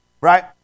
right